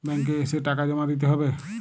Bank এ এসে টাকা জমা দিতে হবে?